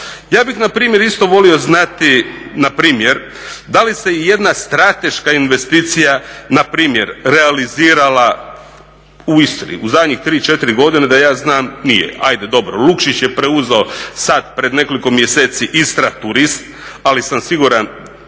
Ja bih npr. isto volio znati npr. da li se ijedna strateška investicija na primjer realizirala u Istri, u zadnjih 3, 4 godine da ja znam nije. Ajde dobro, Lukšić je preuzeo sad pred nekoliko mjeseci Istraturist ali sam siguran